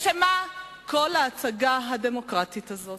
לשם מה כל ההצגה הדמוקרטית הזאת?